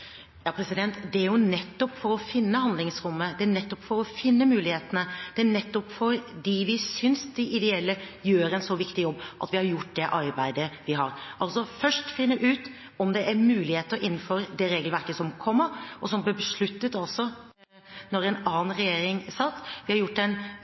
Det er jo nettopp for å finne handlingsrommet, det er nettopp for å finne mulighetene, det er nettopp fordi vi synes de ideelle gjør en så viktig jobb, at vi har gjort det arbeidet vi har gjort, altså først finne ut om det er muligheter innenfor det regelverket som kommer, og som ble besluttet mens det satt en annen regjering. Vi har gjort en